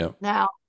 Now